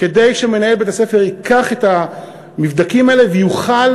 כדי שמנהל בית-הספר ייקח את המבדקים האלה ויוכל